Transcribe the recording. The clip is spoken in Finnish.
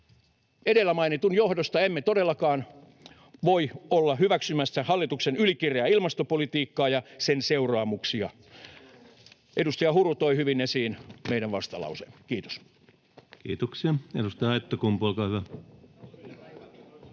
Edellä mainitun johdosta emme todellakaan voi olla hyväksymässä hallituksen yliki-reää ilmastopolitiikkaa ja sen seuraamuksia. Edustaja Huru toi hyvin esiin meidän vastalauseemme. — Kiitos. Kiitoksia. — Edustaja Aittakumpu, olkaa hyvä.